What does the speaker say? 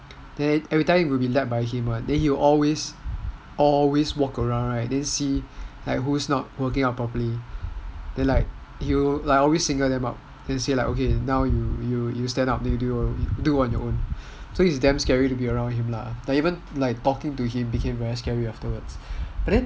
then everytime it will be led by him [one] then he'll always always walk around and see who is not working out properly and he will always signal them out and say okay no you stand up then you do on your own so it's damn scary to be around him lah even talking to him became damn scary afterwards